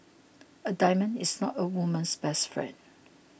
a diamond is not a woman's best friend